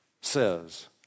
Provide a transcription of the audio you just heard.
says